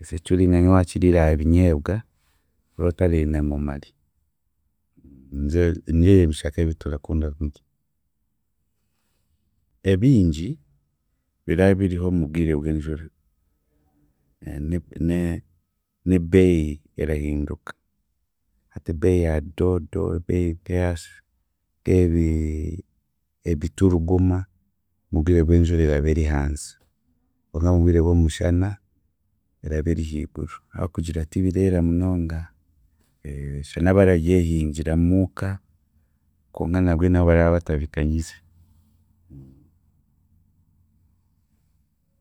ekicuringanyi waakiriira aha binyeebwa ora otarenda ngu omare nize nibyebo ebishaka ebiturakunda kurya. Ebingi, biraabiriho mu bwire bw'enjura ne- n'ebeeyi erahinduka, hati ebeeyi ya doodo, ebeeyi nk'eyasi nk'ebi- ebituruguma mu bwire bw'enjura eraba eri hansi konka mu bwire bw'omushana eraba eri hiiguru ah'okugira tibireera munonga shana abararyehingira muuka konka nabwe nabo baraba batabikanyize.